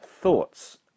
thoughts